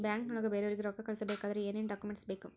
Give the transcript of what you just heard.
ಬ್ಯಾಂಕ್ನೊಳಗ ಬೇರೆಯವರಿಗೆ ರೊಕ್ಕ ಕಳಿಸಬೇಕಾದರೆ ಏನೇನ್ ಡಾಕುಮೆಂಟ್ಸ್ ಬೇಕು?